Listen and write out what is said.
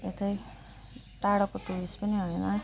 यतै टाढाको टुरिस्ट पनि होइन